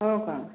हो का